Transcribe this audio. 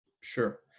sure